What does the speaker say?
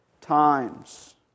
times